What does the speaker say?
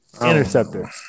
interceptor